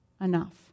enough